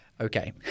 Okay